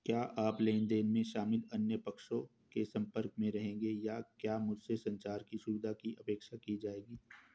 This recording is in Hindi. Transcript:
क्या आप लेन देन में शामिल अन्य पक्षों के संपर्क में रहेंगे या क्या मुझसे संचार की सुविधा की अपेक्षा की जाएगी?